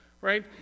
right